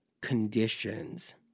conditions